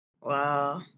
Wow